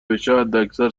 بشه، حداکثر